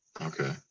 Okay